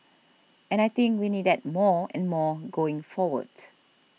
and I think we need that more and more going forward